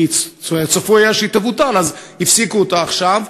כי היה צפוי שהיא תבוטל אז הפסיקו אותה עכשיו.